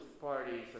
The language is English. parties